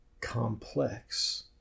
complex